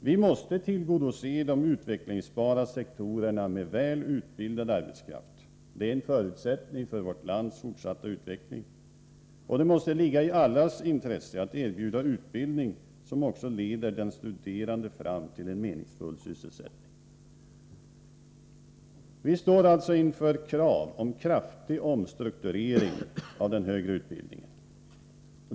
Vi måste tillgodose de utvecklingsbara sektorerna med väl utbildad arbetskraft — det är en förutsättning för vårt lands fortsatta utveckling — och det måste ligga i allas intresse att erbjuda utbildning som också leder den studerande fram till en meningsfull sysselsättning. Vi står alltså inför krav på kraftig omstrukturering av den högre utbildningen.